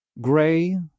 Gray